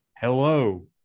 Hello